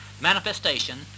manifestation